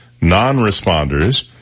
Non-responders